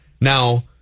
Now